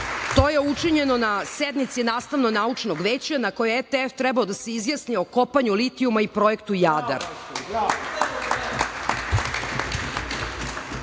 To je učinjeno na sednici Nastavno-naučnog veća na kojoj je ETF trebao da se izjasni o kopanju litijuma i projektu "Jadar".Ja